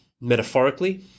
metaphorically